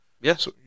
Yes